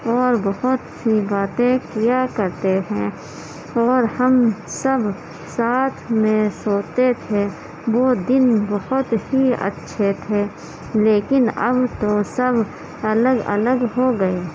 اور بہت سی باتیں کیا کرتے ہیں اور ہم سب ساتھ میں سوتے تھے وہ دن بہت ہی اچھے تھے لیکن اب تو سب الگ الگ ہو گئے